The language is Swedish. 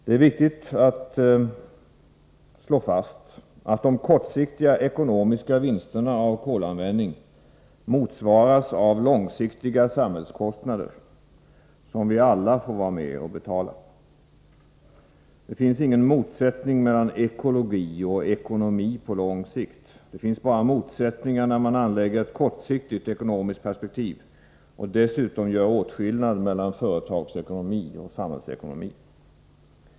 Det är viktigt att slå fast, att de kortsiktiga ekonomiska vinsterna av kolanvändning motsvaras av långsiktiga samhällskostnader, som vi alla får vara med och betala. Det finns ingen motsättning mellan ekologi och ekonomi på lång sikt. Det finns bara motsättningar, när man anlägger ett kortsiktigt ekonomiskt perspektiv och dessutom gör åtskillnad mellan företagsekonomi och samhällsekonomi.